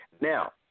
Now